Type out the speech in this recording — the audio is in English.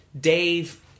Dave